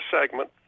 segment